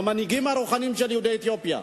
המנהיגים הרוחניים של יהודי אתיופיה.